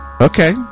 Okay